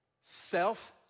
Self